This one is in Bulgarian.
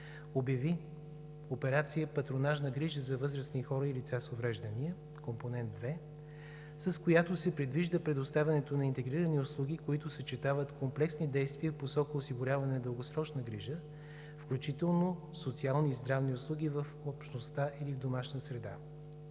обяви операция „Патронажна грижа за възрастни хора и лица с увреждания – Компонент 2“, с която се предвижда предоставянето на интегрирани услуги, които съчетават комплексни действия в посока осигуряване на дългосрочна грижа, включително социални и здравни услуги в общността или в домашна среда.